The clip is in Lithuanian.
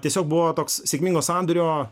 tiesiog buvo toks sėkmingo sandorio